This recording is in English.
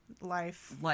life